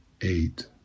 eight